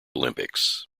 olympics